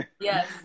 Yes